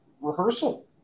rehearsal